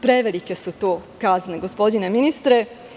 Prevelike su to kazne, gospodine ministre.